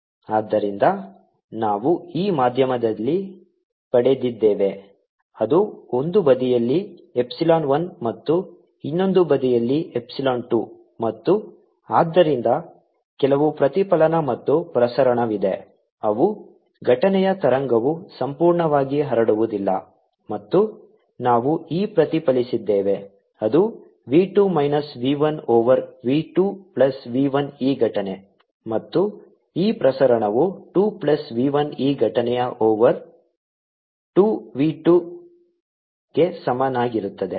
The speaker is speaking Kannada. ERv2 v1v2v1EI ETEIER2v2v2v1EI ಆದ್ದರಿಂದ ನಾವು ಈ ಮಾಧ್ಯಮದಲ್ಲಿ ಪಡೆದಿದ್ದೇವೆ ಅದು ಒಂದು ಬದಿಯಲ್ಲಿ ಎಪ್ಸಿಲಾನ್ 1 ಮತ್ತು ಇನ್ನೊಂದು ಬದಿಯಲ್ಲಿ ಎಪ್ಸಿಲಾನ್ 2 ಮತ್ತು ಆದ್ದರಿಂದ ಕೆಲವು ಪ್ರತಿಫಲನ ಮತ್ತು ಪ್ರಸರಣವಿದೆ ಅವು ಘಟನೆಯ ತರಂಗವು ಸಂಪೂರ್ಣವಾಗಿ ಹರಡುವುದಿಲ್ಲ ಮತ್ತು ನಾವು e ಪ್ರತಿಫಲಿಸಿದ್ದೇವೆ ಅದು v 2 minus v 1 over v 2 plus v 1 e ಘಟನೆ ಮತ್ತು e ಪ್ರಸರಣವು 2 ಪ್ಲಸ್ v 1 e ಘಟನೆಯ ಓವರ್ 2 v 2 ಗೆ ಸಮಾನವಾಗಿರುತ್ತದೆ